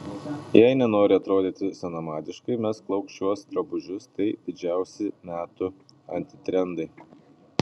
jei nenori atrodyti senamadiškai mesk lauk šiuos drabužius tai didžiausi metų antitrendai